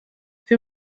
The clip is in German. wir